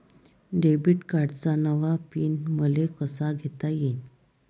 Debit कार्डचा नवा pin मले कसा घेता येईन?